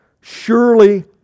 surely